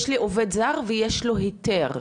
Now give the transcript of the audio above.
יש לי עובד זר ויש לו היתר.